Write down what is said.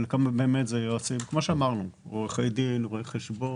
כפי שאמרתי, זה עורכי דין, רואה חשבון.